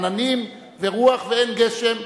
עננים ורוח ואין גשם,